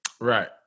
Right